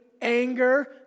anger